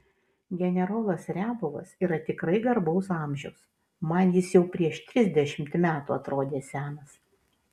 generolas riabovas yra tikrai garbaus amžiaus man jis jau prieš trisdešimt metų atrodė senas